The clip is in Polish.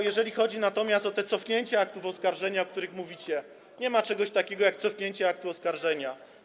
Jeżeli chodzi natomiast o cofnięcia aktów oskarżenia, o których mówicie, nie ma czegoś takiego jak cofnięcie aktu oskarżenia.